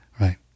right